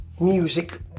music